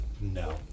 No